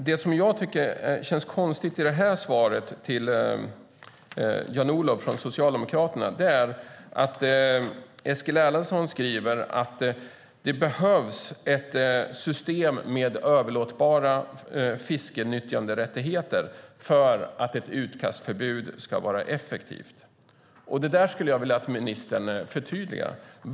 Det som känns konstigt i svaret till Jan-Olof från Socialdemokraterna är att Eskil Erlandsson skriver att det behövs ett system med överlåtbara fiskenyttjanderättigheter för att ett utkastförbud ska vara effektivt. Det skulle jag vilja att ministern förtydligar.